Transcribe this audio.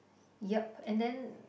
yup and then